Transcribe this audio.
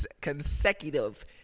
consecutive